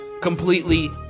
completely